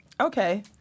okay